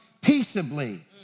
peaceably